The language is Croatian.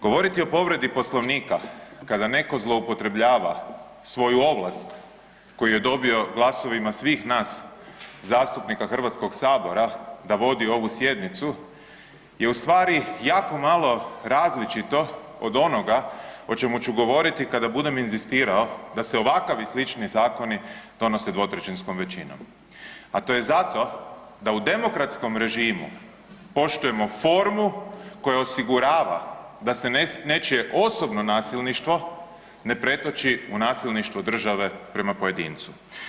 Govoriti o povredi Poslovnika kada netko zloupotrebljava svoju ovlast koju je dobio glasovima svih nas zastupnika Hrvatskoga sabora da vodi ovu sjednicu je ustvari jako malo različito od onoga o čemu ću govoriti kada budem inzistirao da se ovakav i slični zakoni donose dvotrećinskom većinom, a to je zato da u demokratskom režimu poštujemo formu koja osigurava da se nečije osobno nasilništvo ne pretoči u nasilništvo države prema pojedincu.